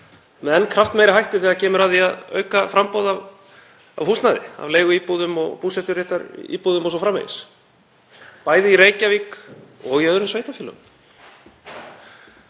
með enn kraftmeiri hætti þegar kemur að því að auka framboð af húsnæði, af leiguíbúðum og búseturéttaríbúðum o.s.frv., bæði í Reykjavík og í öðrum sveitarfélögum.